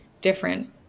different